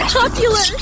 popular